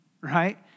right